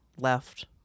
left